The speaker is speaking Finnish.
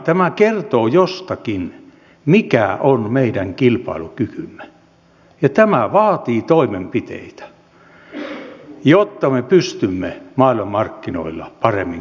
tämä kertoo jotakin siitä mikä on meidän kilpailukykymme ja tämä vaatii toimenpiteitä jotta me pystymme maailmanmarkkinoilla paremmin kilpailemaan